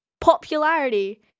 Popularity